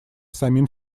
самим